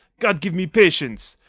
god give me patience!